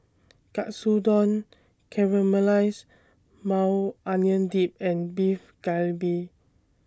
Katsudon Caramelized Maui Onion Dip and Beef Galbi